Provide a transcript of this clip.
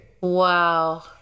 Wow